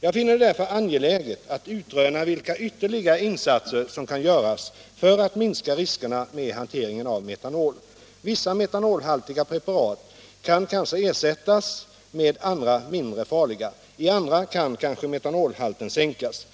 Jag finner det därför angeläget att utröna vilka ytterligare insatser som kan göras för att minska riskerna med hanteringen av metanol. Vissa metanolhaltiga preparat kan kanske ersättas med andra mindre farliga. I andra kan kanske metanolhalten sänkas.